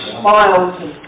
smiles